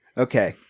Okay